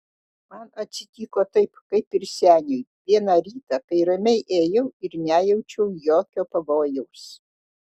man atsitiko taip kaip ir seniui vieną rytą kai ramiai ėjau ir nejaučiau jokio pavojaus